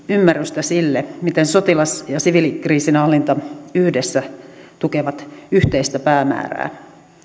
ymmärrystä sille miten sotilas ja siviilikriisinhallinta yhdessä tukevat yhteistä päämäärää